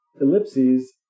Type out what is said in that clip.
Ellipses